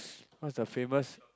what's the famous